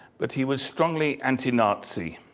but he was strongly anti-nazi.